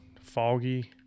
foggy